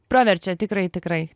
praverčia tikrai tikrai